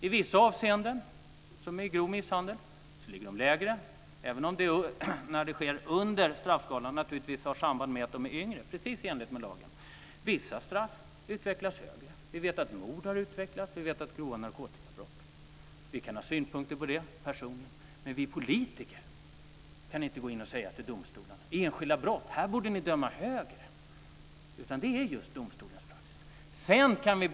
I vissa avseenden, som vid grov misshandel, ligger de lägre i förhållande till straffskalan. Och när det sker har det naturligtvis samband med att det är yngre brottslingar, precis i enlighet med lagen. Vissa straff utvecklas och blir högre. Vi vet att straff för mord och grova narkotikabrott har utvecklats och blivit högre. Vi kan ha synpunkter på det personligen. Men vi politiker kan inte gå in och säga till domstolarna vid enskilda brott att här borde ni döma högre, utan det handlar om domstolarnas praxis.